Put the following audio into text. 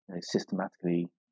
systematically